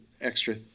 extra